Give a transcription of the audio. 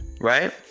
Right